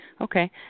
Okay